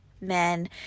men